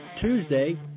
Tuesday